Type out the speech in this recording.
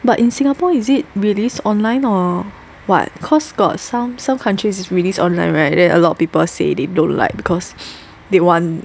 but in Singapore is it released online or what cause got some some countries is released online right then a lot of people say they don't like because they want